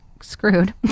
screwed